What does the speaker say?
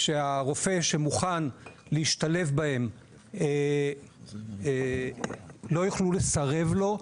שהרופא שמוכן להשתלב בהם לא יוכלו לסרב לו,